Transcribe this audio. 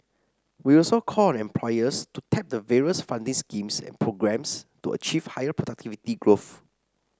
we also call on employers to tap the various funding schemes and programmes to achieve higher productivity growth